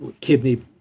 kidney